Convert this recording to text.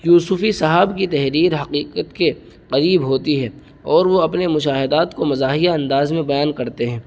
یوسفی صاحب کی تحریر حقیقت کے قریب ہوتی ہے اور وہ اپنے مشاہدات کو مزاحیہ انداز میں بیان کرتے ہیں